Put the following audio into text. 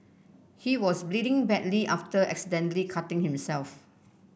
he was bleeding badly after accidentally cutting himself